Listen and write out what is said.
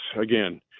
again